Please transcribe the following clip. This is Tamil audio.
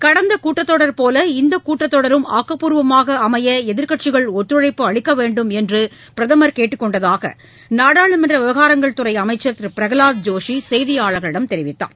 கடந்த கூட்டத் தொடர் போல் இந்த கூட்டத் தொடரும் ஆக்கப்பூர்வமாக அமைய எதிர்க்கட்சிகள் ஒத்துழைப்பு அளிக்க வேண்டும் என்று பிரதமர் கேட்டுக் கொண்டதாக நாடாளுமன்ற விவகாரங்கள் துறை அமைச்சர் திரு பிரகலாத் ஜோஷி செய்தியாளர்களிடம் தெரிவித்தார்